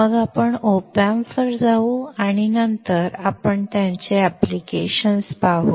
मग आपण op amp वर जाऊ आणि नंतर आपण त्यांचे ऍप्लिकेशन्स पाहू